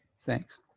Thanks